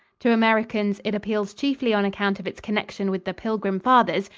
to americans it appeals chiefly on account of its connection with the pilgrim fathers,